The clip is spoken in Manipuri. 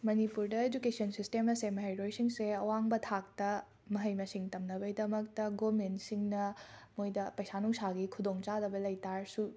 ꯃꯅꯤꯄꯨꯔꯗ ꯏꯖꯨꯀꯦꯁꯟ ꯁꯤꯁꯇꯦꯝ ꯑꯁꯦ ꯃꯍꯤꯔꯣꯏꯁꯤꯡꯁꯦ ꯑꯋꯥꯡꯕ ꯊꯥꯛꯇ ꯃꯍꯩ ꯃꯁꯤꯡ ꯇꯝꯅꯕꯩꯗꯃꯛꯇ ꯒꯣꯔꯃꯦꯟꯠꯁꯤꯡꯅ ꯃꯣꯏꯗ ꯄꯩꯁꯥ ꯅꯨꯡꯁꯥꯒꯤ ꯈꯨꯗꯣꯡꯆꯥꯗꯕ ꯂꯩꯇꯥꯔꯁꯨ